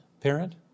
parent